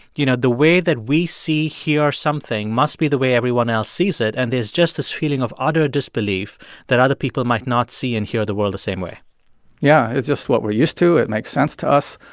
you know, the way that we see, hear, something must be the way everyone else sees it, and there's just this feeling of utter disbelief that other other people might not see and hear the world the same way yeah, it's just what we're used to. it makes sense to us.